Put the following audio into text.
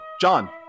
John